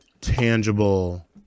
tangible